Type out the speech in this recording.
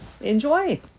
Enjoy